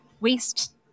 waste